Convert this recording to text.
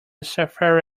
safari